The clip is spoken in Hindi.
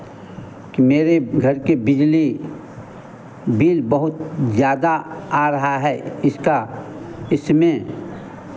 कि मेरे घर की बिजली बिल बहुत ज़्यादा आ रहा है इसका इसमें